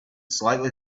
slightly